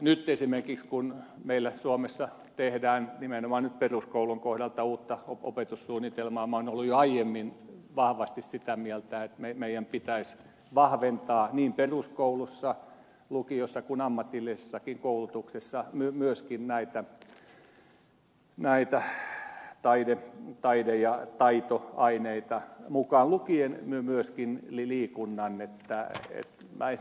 nyt esimerkiksi kun meillä suomessa tehdään nimenomaan nyt peruskoulun kohdalta uutta opetussuunnitelmaa niin olen ollut jo aiemmin vahvasti sitä mieltä että meidän pitäisi vahventaa niin peruskoulussa lukiossa kuin ammatillisessakin koulutuksessa myöskin näitä taide ja taitoaineita mukaan lukien myöskin liikunta